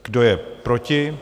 Kdo je proti?